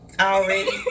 already